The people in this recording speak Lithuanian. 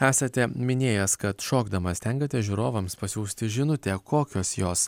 esate minėjęs kad šokdamas stengiatės žiūrovams pasiųsti žinutę kokios jos